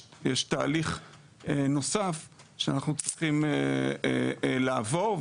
יש תהליך נוסף שאנחנו צריכים לעבור,